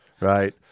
right